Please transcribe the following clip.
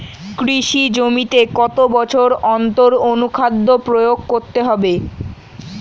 কৃষি জমিতে কত বছর অন্তর অনুখাদ্য প্রয়োগ করতে হবে?